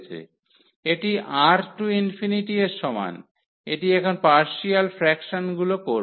এটি R to ∞ R to ∞ এর সমান এটি এখন পার্শিয়াল ফ্র্যাকশনগুলো করব